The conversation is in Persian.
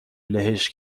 لهش